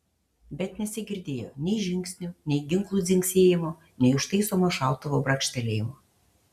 bet nesigirdėjo nei žingsnių nei ginklų dzingsėjimo nei užtaisomo šautuvo brakštelėjimo